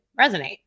resonate